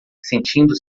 sentindo